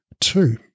Two